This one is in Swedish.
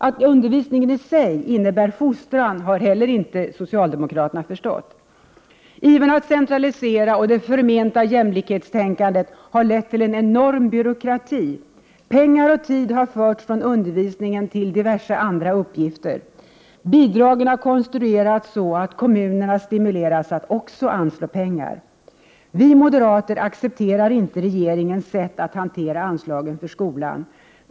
Att undervisningen i sig innebär fostran har inte socialdemokraterna förstått. Ivern att centralisera och det förmenta jämlikhetstänkandet har lett till en enorm byråkrati. Pengar och tid har förts från undervisningen till diverse andra uppgifter. Dessutom har bidragen konstruerats så att kommunerna stimulerats att också anslå pengar. Vi moderater accepterar inte regeringens sätt att hantera anslagen för skolan.